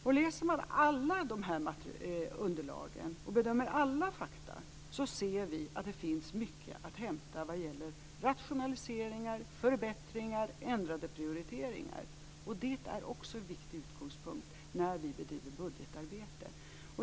Om vi läser alla dessa underlag och bedömer alla fakta ser vi att det finns mycket att hämta vad gäller rationaliseringar, förbättringar och ändrade prioriteringar. Det är också en viktig utgångspunkt när vi bedriver budgetarbete.